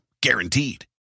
guaranteed